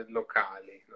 locali